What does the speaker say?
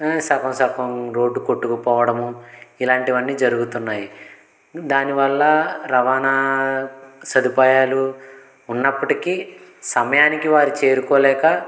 సగం సగం రోడ్డు కొట్టుకుపోవడము ఇలాంటివన్నీ జరుగుతున్నాయి దానివల్ల రవాణా సదుపాయాలు ఉన్నప్పటికీ సమయానికి వారు చేరుకోలేక